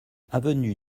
avenue